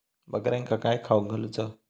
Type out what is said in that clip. बकऱ्यांका काय खावक घालूचा?